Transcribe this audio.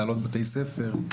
מנהלות בתי ספר,